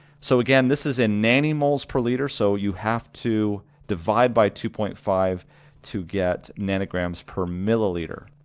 so again this is in nanomoles per liter, so you have to divide by two point five to get nanograms per milliliter,